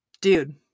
dude